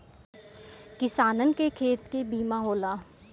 किसानन के खेत के बीमा होला